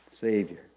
Savior